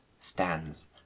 stands